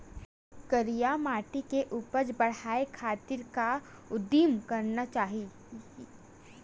करिया माटी के उपज बढ़ाये खातिर का उदिम करना चाही?